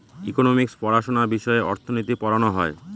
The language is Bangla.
ইকোনমিক্স পড়াশোনা বিষয়ে অর্থনীতি পড়ানো হয়